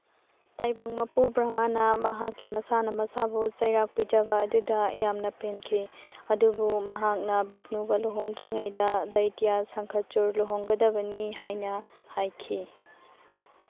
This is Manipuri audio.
ꯇꯥꯏꯕꯪ ꯃꯄꯨ ꯕ꯭ꯔꯍꯃꯅ ꯃꯍꯥꯛꯀꯤ ꯃꯁꯥ ꯃꯁꯥꯕꯨ ꯆꯩꯔꯥꯛ ꯄꯤꯖꯕ ꯑꯗꯨꯗ ꯌꯥꯝꯅ ꯄꯦꯟꯈꯤ ꯑꯗꯨꯕꯨ ꯃꯍꯥꯛꯅ ꯕꯤꯁꯅꯨꯒ ꯂꯨꯍꯣꯡꯗ꯭ꯔꯤꯉꯩꯗ ꯗꯩꯇꯤꯌꯥ ꯁꯟꯈꯆꯨꯔ ꯂꯨꯍꯣꯡꯒꯗꯕꯅꯤ ꯍꯥꯏꯅ ꯍꯥꯏꯈꯤ